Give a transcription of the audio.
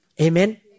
Amen